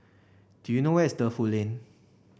do you know where's Defu Lane